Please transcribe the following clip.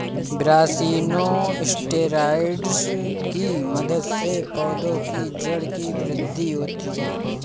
brassinosteroids की मदद से पौधों की जड़ की वृद्धि होती है